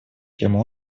кем